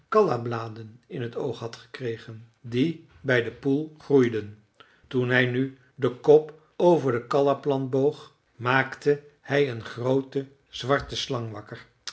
heldergroene callabladen in t oog had gekregen die bij den poel groeiden toen hij nu den kop over de callaplant boog maakte hij een groote zwarte slang wakker